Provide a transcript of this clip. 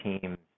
teams